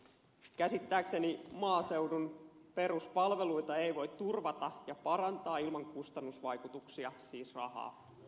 käsittääkseni maaseudun peruspalveluita ei voi turvata ja parantaa ilman kustannusvaikutuksia siis rahaa